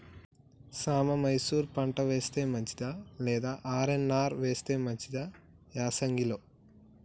సాంబ మషూరి పంట వేస్తే మంచిదా లేదా ఆర్.ఎన్.ఆర్ వేస్తే మంచిదా యాసంగి లో?